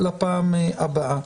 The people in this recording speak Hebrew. לפעם הבאה.